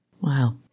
Wow